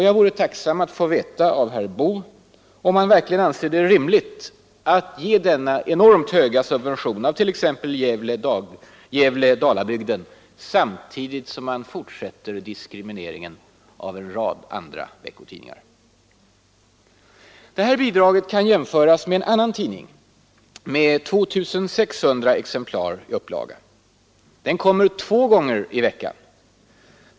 Jag vore tacksam att få veta av herr Boo, om han verkligen anser det rimligt att ge denna enormt höga subvention till exempelvis Gävle-Dalabygden samtidigt som man fortsätter diskrimineringen av en rad andra veckotidningar. Det här kan jämföras med situationen för en annan tidning med 2 600 exemplar i upplaga. Den kommer två gånger i veckan.